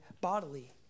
bodily